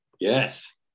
Yes